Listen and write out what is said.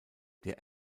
der